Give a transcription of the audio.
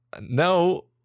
No